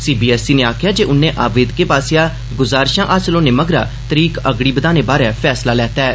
CBSE नै आखेआ ऐ जे उन्नै आवेदकें पास्सेआ गुजारिशां हासल र्हाने मगरा तरीक अगड़ी बधाने दा फैसला लैता ऐ